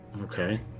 Okay